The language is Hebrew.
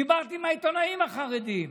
דיברת עם העיתונאים החרדים.